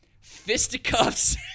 fisticuffs